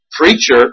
preacher